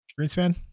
Greenspan